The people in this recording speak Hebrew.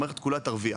המערכת כולה תרוויח.